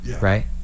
right